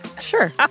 Sure